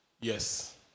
Yes